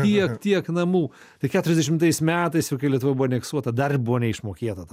tiek tiek namų tai keturiasdešimtaisiais metais jau kai lietuva buvo aneksuota dar buvo neišmokėta ta